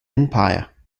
empire